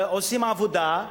עושים עבודה,